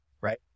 right